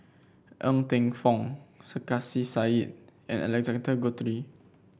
Ng Teng Fong Sarkasi Said and Alexander Guthrie